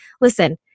Listen